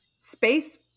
Space